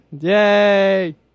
Yay